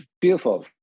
beautiful